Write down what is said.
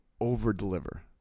over-deliver